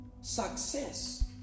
success